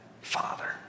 father